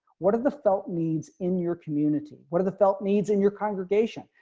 what are the felt needs in your community. what are the felt needs in your congregation,